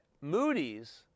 Moody's